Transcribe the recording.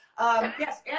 Yes